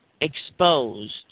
exposed